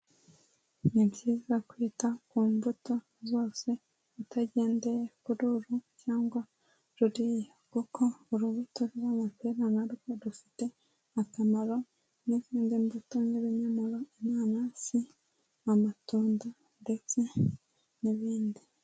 Ni byiza kwita ku mbuto zose utagendeye kururu cyangwa ruriya kuko urubuto rw'amapera narwo rufite akamaro n'izindi mbuto n'ibinyomoro, inanasi, amatunda ndetse n'ibindi.